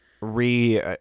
re